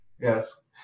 Yes